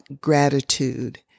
gratitude